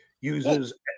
uses